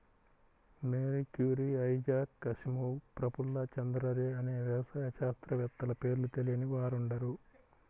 Mary Curie, Isaac Asimov, Prafulla Chandra Ray అనే వ్యవసాయ శాస్త్రవేత్తల పేర్లు తెలియని వారుండరు